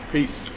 Peace